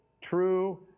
true